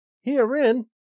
Herein